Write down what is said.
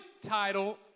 title